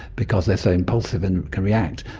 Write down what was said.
because they are so impulsive and can react,